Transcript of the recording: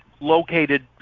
Located